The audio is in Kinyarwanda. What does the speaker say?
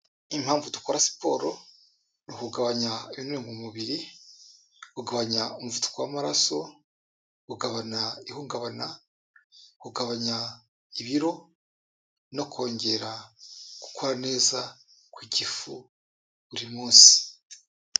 Impamvu dukora siporo ni ukugabanya ibinure mu mubiri, kugabanya umuvuduko w'amaraso, kugabanya ihungabana, kugabanya ibiro no kongera gukora neza kw'igifu buri munsi.